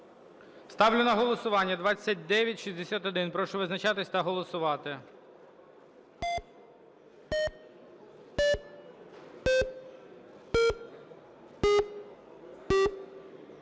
Ставлю на голосування 2960. Прошу визначатись та голосувати.